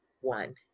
one